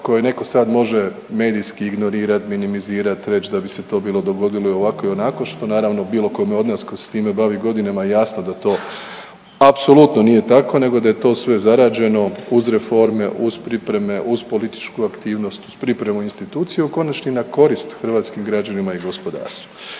koji neko sad može medijski ignorirat, minimizirat, reći da bi se to bilo dogodilo i ovako i onako što naravno bilo kome od nas ko se s time bavi godinama jasno da to apsolutno nije tako nego da je to sve zarađeno uz reforme, uz pripreme uz političku aktivnost uz pripremu institucije u konačnici na korist hrvatskim građanima i gospodarstvu.